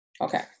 Okay